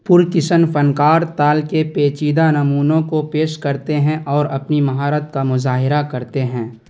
percussion فنکار تال کے پیچیدہ نمونوں کو پیش کرتے ہیں اور اپنی مہارت کا مظاہرہ کرتے ہیں